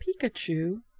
Pikachu